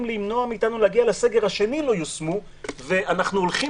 למנוע מאיתנו להגיע לסגר השני לא יושמו ואנחנו הולכים